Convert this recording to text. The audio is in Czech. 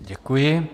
Děkuji.